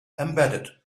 embedded